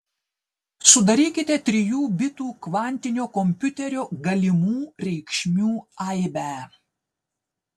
sudarykite trijų bitų kvantinio kompiuterio galimų reikšmių aibę